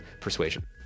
persuasion